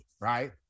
right